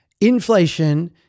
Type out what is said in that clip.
Inflation